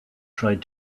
tried